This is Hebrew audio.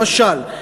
למשל,